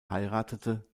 heiratete